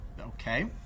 Okay